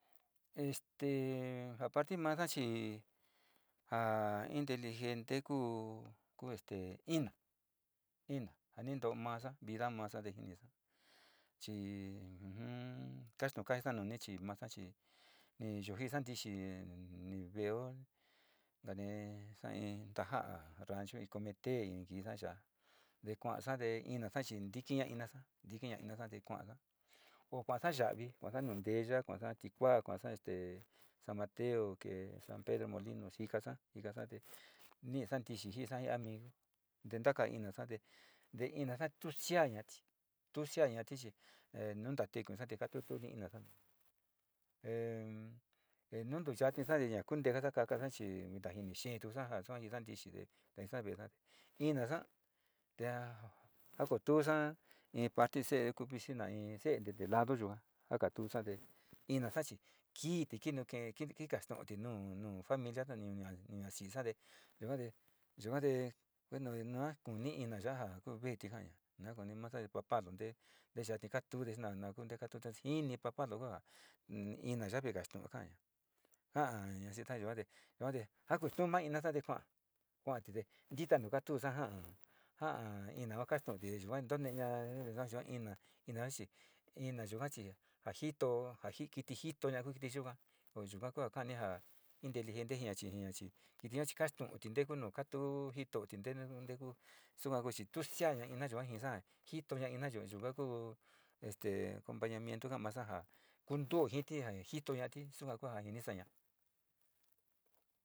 Este apartir mandaxi ha inteligente kuu, ku este iná, ina njanindomaxa vindá maxa ndenjinixa chí ujun kaxto kaxhi ta'a noni chí maxa chí he yuu njin xa'a ndichí nii véeo ngane'e xa'á iin tanja rancho comite iin kii xa'a xhiá ndekonxande iná xachin ndiki ñainaxa ndiki ñainaxa nikuanxa kuanxa yaví kuanxa nuu ndeyá kuaxa'a tikua kuanxa este san mateo ke'e san pedro molino no'ó xhikaxa xhikaxa nde niin xankixhi nii xai amigo ndé, ndaka ina xa'ate nde ina xatuxia ñati tuxiña tixhí he nunta tiko xande ka'a tutu ina xa'án he henundu yati xandi ya'á kundeka ndakaka nachí, kunta ini yetuu xanja xuanji xande xhindee kexanvida ina xa'a te'a akutuxa'a iin parti xee kuu vixhina iin xende nde lado yuán aka'a tuxandé inaxanchí kiti kinuu kén ki kikaxtonti nuu nuu familia nde niñuan ña'a xhixa ndee yukuande yukuande kuenoa kuu nii ina ya'a jan kuu veeti njaña nakoni maxa'a papa londe ndeyati katunde natna kundeka tuta xhini papalonga ina yavii njaxton njan ña'a nja ña'a xhitayuoté yuoté njakuxtu ma'i naxande kuan kuantinde ndita nuu ka'a tuxa'a nja njan ina kuan kaxtonti he yukuan ndoneña ndayuan ina ina axhí ina yunjan xhí ajito aji kiti njitoña kuu kiti yikuan ko'o yukuan kuan kaninja inteligente iñachi iñachi itiño chi kaxtonti ndekuu nuu katuu njitoti ndekuno katú njitoti ndene ndeku xukuan nde tuu xe'a ña ina yikuan njixan njitoña ina yunguan yunguan kuu este compañamiento njamaxanja kunduu njiti nga njitoñati xunjua kunja inixaña.